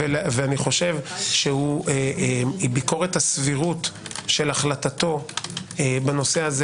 ואני חושב שביקורת הסבירות של החלטתו בנושא זה,